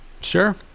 Sure